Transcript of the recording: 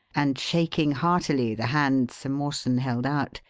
and shaking heartily the hand sir mawson held out,